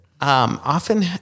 often